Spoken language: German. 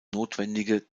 notwendige